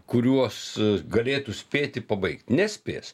kuriuos galėtų spėti pabaigti nespės